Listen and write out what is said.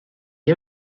las